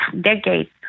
decades